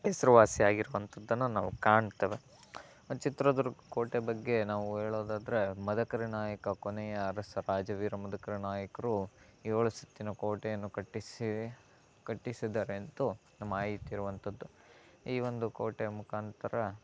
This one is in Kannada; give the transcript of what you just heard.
ಹೆಸರುವಾಸಿ ಆಗಿರುವಂಥದ್ದನ್ನ ನಾವು ಕಾಣ್ತೇವೆ ಚಿತ್ರದುರ್ಗ ಕೋಟೆ ಬಗ್ಗೆ ನಾವು ಹೇಳೋದಾದ್ರೆ ಮದಕರಿ ನಾಯಕ ಕೊನೆಯ ಅರಸ ರಾಜ ವೀರಮದಕರಿ ನಾಯಕರು ಏಳು ಸುತ್ತಿನ ಕೋಟೆಯನ್ನು ಕಟ್ಟಿಸಿ ಕಟ್ಟಿಸಿದ್ದಾರೆಂದು ಮಾಹಿತಿ ಇರುವಂಥದ್ದು ಈ ಒಂದು ಕೋಟೆಯ ಮುಖಾಂತರ